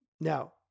Now